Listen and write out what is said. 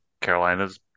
Carolina's